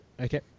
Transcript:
Okay